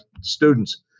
students